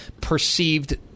perceived